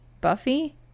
buffy